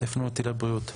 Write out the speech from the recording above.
הפנו אותי לבריאות.